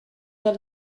dal